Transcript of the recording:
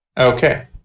Okay